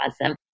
awesome